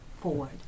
forward